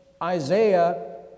Isaiah